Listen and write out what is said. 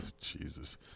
Jesus